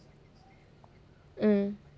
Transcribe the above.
mm